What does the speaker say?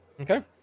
Okay